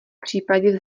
případě